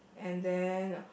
and then